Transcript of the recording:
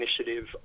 Initiative